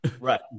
Right